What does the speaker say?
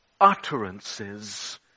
utterances